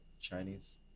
Chinese